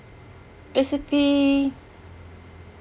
basically